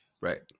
right